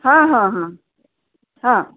हां हां हां हां